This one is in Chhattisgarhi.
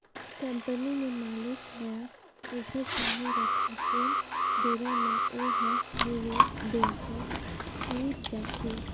कंपनी में मालिक ल पइसा चाही रहथें तेन बेरा म ओ ह निवेस बेंकर तीर जाथे